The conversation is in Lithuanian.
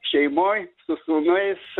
šeimoj su sūnais